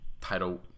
title